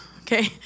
okay